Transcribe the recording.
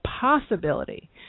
possibility